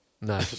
No